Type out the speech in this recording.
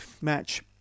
match